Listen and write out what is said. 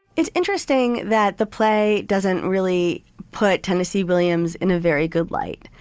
it's interesting that the play doesn't really put tennessee williams in a very good light.